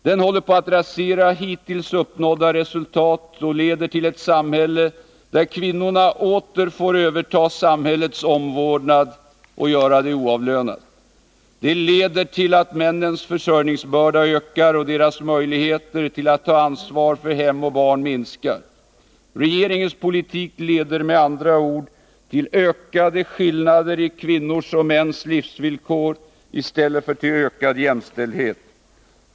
Den håller på att rasera hittills uppnådda resultat och leder till ett samhälle där kvinnorna åter får överta samhällets omvårdnad — och göra det oavlönade. Det leder till att männens försörjningsbörda ökar och deras möjligheter att ta ansvar för hem och barn minskar. Regeringens politik leder med andra ord till ökade skillnader i kvinnors och mäns livsvillkor i stället för till ökad jämställdhet.